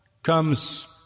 comes